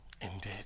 indeed